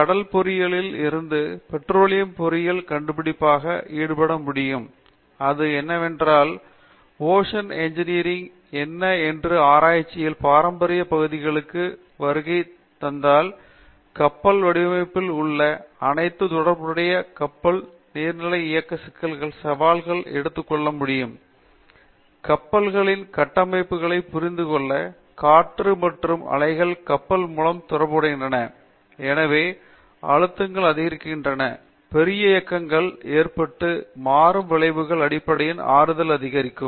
கடல் பொறியியலில் இருந்து பெட்ரோலியம் பொறியியலில் கண்டிப்பாக ஈடுபட முடியும் என்றாலும் அது என்னவென்றால் ஓசான் இன்ஜினியரில் என்ன என்று ஆராய்ச்சியின் பாரம்பரிய பகுதிகளுக்கு வருகை தந்தால் கப்பல்கள் வடிவமைப்பதில் உள்ள அனைத்து தொடர்புடைய கப்பல் நீர்நிலை இயக்க சிக்கல்களின் சவால்களை எடுத்துக் கொள்ள முடியும் கப்பல்களின் கட்டமைப்புகளை புரிந்து கொள்ள காற்று மற்றும் அலைகள் கப்பல் மூலம் தொடர்புபடுகின்றன எனவே அழுத்தங்களை அதிகரிக்கின்றன பெரிய இயக்கங்கள் ஏற்படும் மாறும் விளைவுகள் அடிப்படையில் ஆறுதல் அதிகரிக்கும்